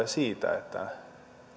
siitä että